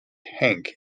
hank